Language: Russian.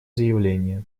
заявление